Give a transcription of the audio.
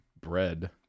bread